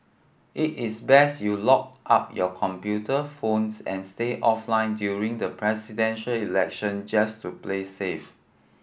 it is best you locked up your computer phones and stay offline during the Presidential Election just to play safe